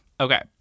okay